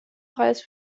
preis